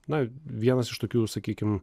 na vienas iš tokių sakykim